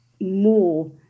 more